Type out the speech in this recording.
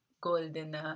golden